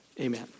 Amen